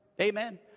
amen